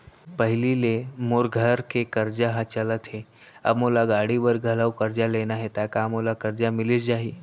पहिली ले मोर घर के करजा ह चलत हे, अब मोला गाड़ी बर घलव करजा लेना हे ता का मोला करजा मिलिस जाही?